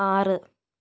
ആറ്